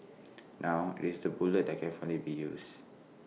now IT is the bullet that can finally be used